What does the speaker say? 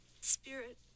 spirit